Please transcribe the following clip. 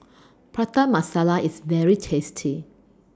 Prata Masala IS very tasty